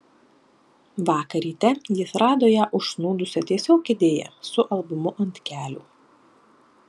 vakar ryte jis rado ją užsnūdusią tiesiog kėdėje su albumu ant kelių